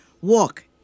walk